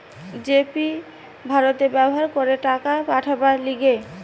জি Pay ভারতে ব্যবহার করে টাকা পাঠাবার লিগে